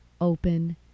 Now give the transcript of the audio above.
open